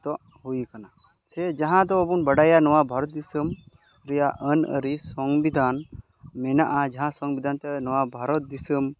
ᱱᱤᱛᱚᱜ ᱦᱩᱭ ᱠᱟᱱᱟ ᱥᱮ ᱡᱟᱦᱟᱸ ᱫᱚ ᱵᱚᱱ ᱵᱟᱰᱟᱭᱟ ᱱᱚᱣᱟ ᱵᱷᱟᱨᱚᱛ ᱫᱤᱥᱟᱹᱢ ᱨᱮᱭᱟᱜ ᱟᱱ ᱟᱹᱨᱤ ᱥᱚᱝᱵᱤᱫᱷᱟᱱ ᱢᱮᱱᱟᱜᱼᱟ ᱡᱟᱦᱟᱸ ᱥᱚᱝᱵᱤᱫᱷᱟᱱ ᱛᱮ ᱱᱚᱣᱟ ᱵᱷᱟᱨᱚᱛ ᱫᱤᱥᱚᱢ